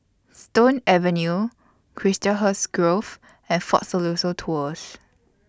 Stone Avenue Chiselhurst Grove and Fort Siloso Tours